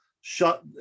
shut